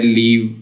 leave